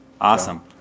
Awesome